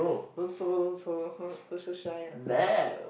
don't so don't so !huh! don't so shy ah Kash